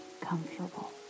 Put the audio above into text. comfortable